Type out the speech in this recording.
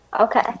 okay